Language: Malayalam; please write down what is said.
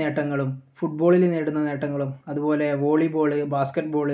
നേട്ടങ്ങളും ഫുട് ബോളിൽ നേടുന്ന നേട്ടങ്ങളും അതുപോലെ വോളി ബോൾ ബാസ്കറ്റ് ബോൾ